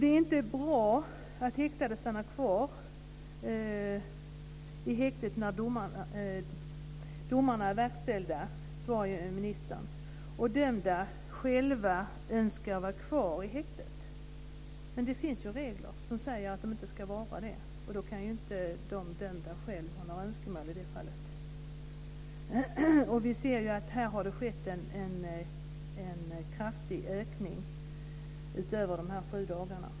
Det är inte bra, svarar ministern, att häktade stannar kvar i häktet när domarna är verkställda och dömda själva önskar vara kvar i häktet. Det finns ju regler som säger att de inte ska vara det, och då kan de dömda själva inte ha några önskemål i det fallet. Vi ser att det har skett en kraftig ökning utöver de sju dagarna.